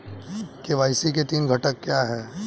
KYC के तीन घटक क्या हैं?